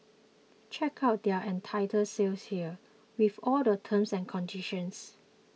check out their entire sale here with all the terms and conditions